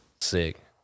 Sick